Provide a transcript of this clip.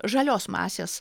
žalios masės